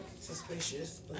Suspicious